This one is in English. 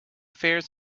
affairs